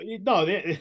no